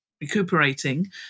recuperating